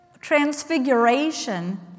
transfiguration